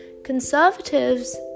Conservatives